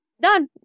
done